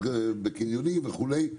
בקניונים וכולי.